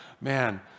man